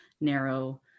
narrow